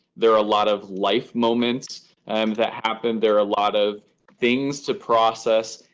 there are a lot of life moments um that happen. there are a lot of things to process.